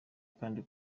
kandi